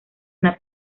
una